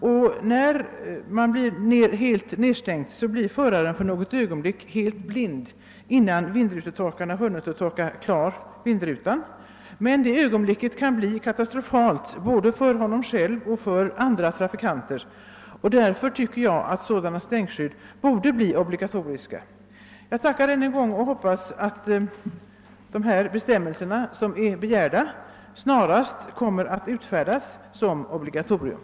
Föraren av en på detta sätt nedstänkt bil blir för ett ögonblick helt blind i trafiken, innan vindrutetorkarna hunnit svepa över rutan. Detta ögonblick kan emellertid bli katastrofalt både för honom själv och för andra trafikanter. Också därför bör sådana stänkskydd bli obligatoriska. Jag tackar än en gång för svaret på min fråga och hoppas att de av mig begärda sidoskydden snarast blir obligatoriska.